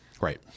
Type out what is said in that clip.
Right